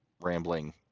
rambling